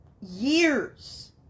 years